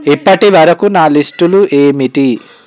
ఇప్పటివరకు నా లిస్టులు ఏమిటి